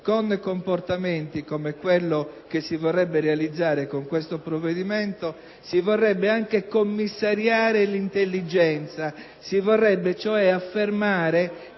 Con comportamenti come quello che si vorrebbe realizzare con questo provvedimento, si vorrebbe anche commissariare l'intelligenza, si vorrebbe cioè affermare